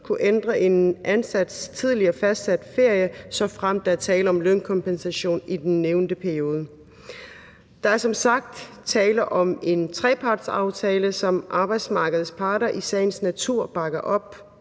kunne ændre en ansats tidligere fastsatte ferie, såfremt der er tale om lønkompensation i den nævnte periode. Der er som sagt tale om en trepartsaftale, som arbejdsmarkedets parter i sagens natur bakker op